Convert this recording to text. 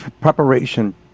Preparation